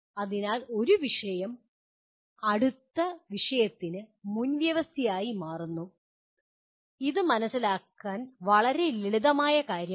അതിനാൽ ഒരു വിഷയം അടുത്ത വിഷയത്തിന് ഒരു മുൻവ്യവസ്ഥയായി മാറുന്നു അത് മനസിലാക്കാൻ വളരെ ലളിതമായ കാര്യമാണ്